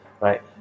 right